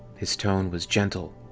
his tone was gentle.